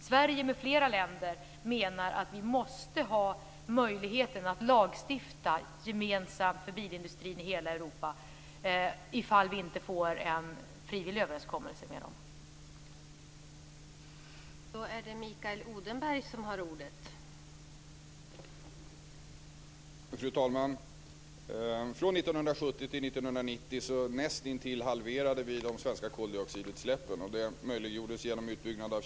Sverige m.fl. länder menar att vi måste ha möjligheten att stifta gemensamma lagar för bilindustrin i hela Europa ifall vi inte når en frivillig överenskommelse med bilindustrin.